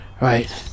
Right